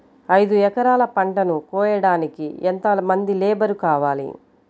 ఐదు ఎకరాల పంటను కోయడానికి యెంత మంది లేబరు కావాలి?